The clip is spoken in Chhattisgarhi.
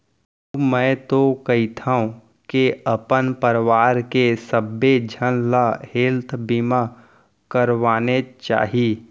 अउ मैं तो कहिथँव के अपन परवार के सबे झन ल हेल्थ बीमा करवानेच चाही